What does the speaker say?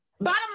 Bottom